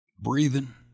breathing